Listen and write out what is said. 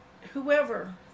whoever